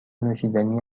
نوشیدنی